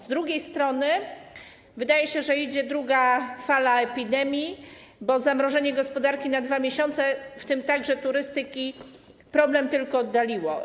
Z drugiej strony wydaje się, że idzie druga fala epidemii, bo zamrożenie gospodarki na 2 miesiące, w tym także turystyki, problem tylko oddaliło.